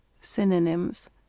Synonyms